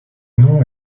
nom